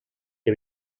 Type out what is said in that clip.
que